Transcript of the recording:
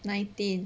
nineteen